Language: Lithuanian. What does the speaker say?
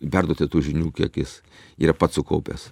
perduoti tų žinių kiek jis yra pats sukaupęs